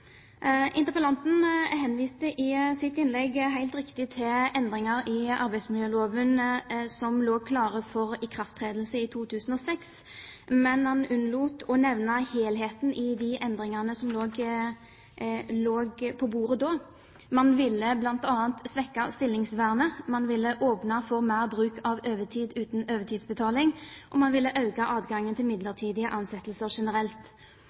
Interpellanten henviste i sitt innlegg, helt riktig, til endringer i arbeidsmiljøloven som lå klare for ikrafttredelse i 2006, men han unnlot å nevne helheten i de endringene som lå på bordet da. Man ville bl.a. svekke stillingsvernet, man ville åpne for mer bruk